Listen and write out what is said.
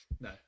no